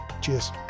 Cheers